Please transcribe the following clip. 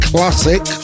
Classic